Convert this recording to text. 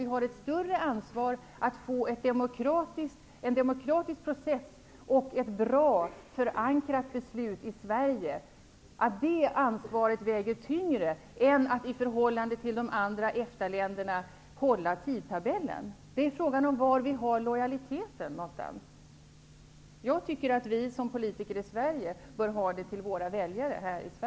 Vi har ett större ansvar för att få till stånd en demokratisk process och ett bra förankrat beslut i Sverige, och det ansvaret väger tyngre än att hålla tidtabellen i förhållande till de andra EFTA-länderna. Det är fråga om var vi har lojaliteten. Jag tycker att vi som politiker i Sverige bör visa lojalitet mot våra väljare.